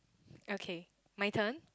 okay my turn